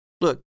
Look